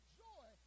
joy